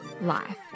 life